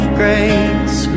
grace